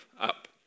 up